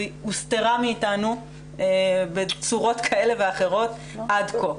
והיא הוסתרה מאתנו בצורות כאלה ואחרות עד כה.